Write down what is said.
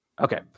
Okay